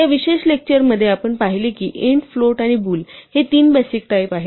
या विशेष लेक्चर मध्ये आपण पाहिले की int float आणि bool हे 3 बेसिक टाईप आहेत